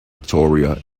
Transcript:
victoria